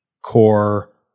core